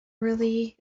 really